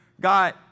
God